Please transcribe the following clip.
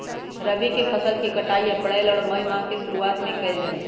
रबी के फसल के कटाई अप्रैल और मई माह के शुरुआत में कइल जा हई